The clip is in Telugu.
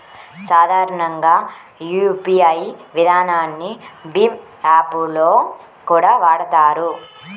సాధారణంగా యూపీఐ విధానాన్ని భీమ్ యాప్ లో కూడా వాడతారు